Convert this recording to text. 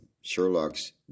Sherlock's